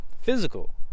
physical